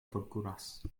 forkuras